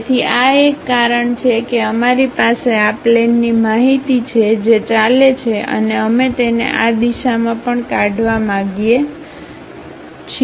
તેથી આ એક કારણ છે કે અમારી પાસે આ પ્લેન ની માહિતી છે જે ચાલે છે અને અમે તેને આ દિશામાં પણ કાઢવા માગીએ છીએ